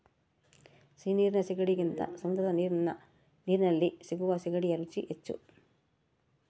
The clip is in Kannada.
ಸಿಹಿ ನೀರಿನ ಸೀಗಡಿಗಿಂತ ಸಮುದ್ರದ ನೀರಲ್ಲಿ ಸಿಗುವ ಸೀಗಡಿಯ ರುಚಿ ಹೆಚ್ಚು